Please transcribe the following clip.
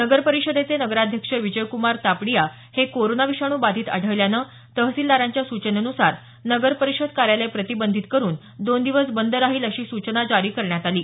नगर परिषदेचे नगराध्यक्ष विजयक्रमार तापडिया हे कोरोना विषाणू बाधित आढळल्यानं तहसीलदारांच्या सूचनेनुसार नगर परिषद कार्यालय प्रतिबंधित करून दोन दिवस बंद राहील अशी सूचना जारी करण्यात आली आहे